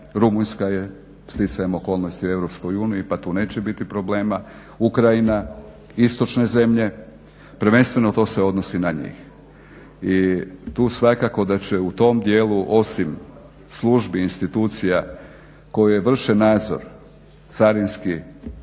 Rumunjska je stjecajem okolnosti u EU pa tu neće biti problema, Ukrajina, istočne zemlje, prvenstveno to se odnosi na njih. I tu svakako da će u tom dijelu osim službi, institucija koje vrše nadzor carinski